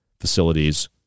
facilities